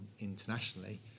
internationally